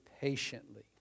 patiently